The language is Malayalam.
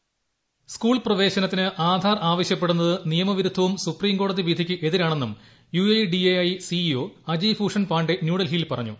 വോയിസ് സ്കൂൾ പ്രവേശനത്തിന് ആധാർ ആവശ്യപ്പെടുന്നത് നിയമവിരുദ്ധവും സുപ്രീം കോടതിവിധിക്ക് എതിരാണെന്നും യുഐഡിഎഐ സിഇഒ അജയ് ഭൂഷൺ പാണ്ഡെ ന്യൂഡൽഹിയിൽ പറഞ്ഞു